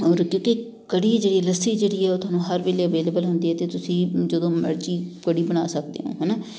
ਔਰ ਕਿਉਂਕਿ ਕੜੀ ਜਿਹੜੀ ਹੈ ਲੱਸੀ ਜਿਹੜੀ ਹੈ ਉਹ ਤੁਹਾਨੂੰ ਹਰ ਵੇਲੇ ਅਵੇਲੇਬਲ ਹੁੰਦੀ ਏ ਅਤੇ ਤੁਸੀਂ ਜਦੋਂ ਮਰਜ਼ੀ ਕੜੀ ਬਣਾ ਸਕਦੇ ਹੋ ਹੈ ਨਾ